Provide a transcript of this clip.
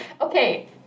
okay